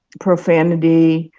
profanity,